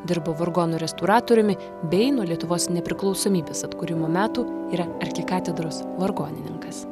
dirbo vargonų restauratoriumi bei nuo lietuvos nepriklausomybės atkūrimo metų yra arkikatedros vargonininkas